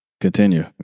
Continue